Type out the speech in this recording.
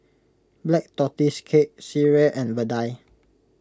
Black Tortoise Cake Sireh and Vadai